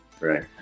Right